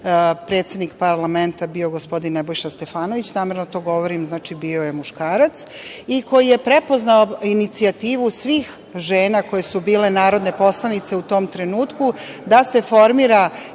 predsednik parlamenta bio gospodin Nebojša Stefanović, namerno to govorim, znači bio je muškarac, i koji je prepoznao inicijativu svih žena koje su bile narodne poslanice u tom trenutku, da se formira